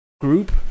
Group